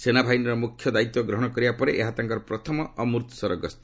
ସେନାବାହିନୀର ମୁଖ୍ୟ ଦାୟିତ୍ୱ ଗ୍ରହଣ କରିବା ପରେ ଏହା ତାଙ୍କର ପ୍ରଥମ ଅମୃତସର ଗସ୍ତ